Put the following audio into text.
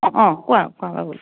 অ' কোৱা কোৱা